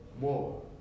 more